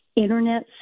Internet